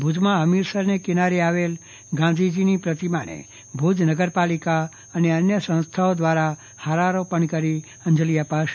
ભુજમાં હમીરસરના કિનારે આવેલી ગાંધીજીની પ્રતિમાને ભુજ નગરપાલિકા અને અન્ય સંસ્થાઓ દ્વારા હારારોપણ કરી અંજલી અપાશે